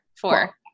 Four